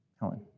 Helen